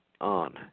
on